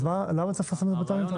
אז למה צריך לפרסם את זה באתר האינטרנט?